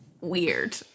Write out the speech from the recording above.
weird